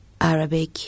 Arabic